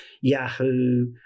Yahoo